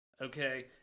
Okay